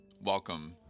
Welcome